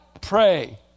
pray